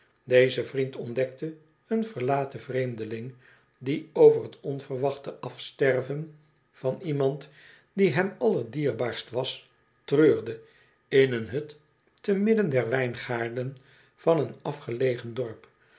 deze vriend ontdekte een verlaten vreemdeling die over t onverwachte afsterven van iemand die hem allerdierbaarst was treurde in een hut te midden der wyngaarden van een afgelegen dorp